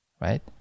right